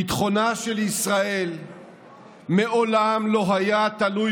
ביטחונה של ישראל מעולם לא היה תלוי